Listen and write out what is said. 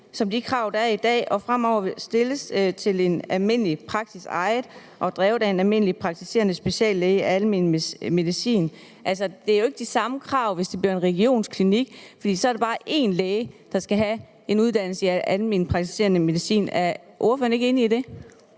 som de krav, der er i dag, og som fremover stilles til en almindelig praksis, ejet og drevet af en praktiserende speciallæge i almen medicin. Altså, det er jo ikke de samme krav, hvis det bliver en regionsklinik, for så er det bare én læge, der skal have en uddannelse i almen medicin. Er ordføreren ikke enig i det?